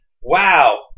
wow